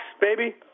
baby